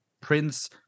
Prince